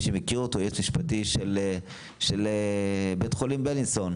יועץ משפטי של בית חולים ביילינסון.